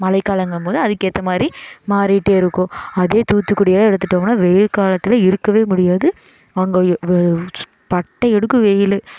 மழைக்காலங்கம் போது அதுக்கேற்ற மாதிரி மாறிகிட்டே இருக்கும் அதே தூத்துக்குடியே எடுத்துகிட்டோமுனா வெயில்காலத்தில் இருக்கவே முடியாது அங்கே பட்டயை எடுக்கும் வெயிலு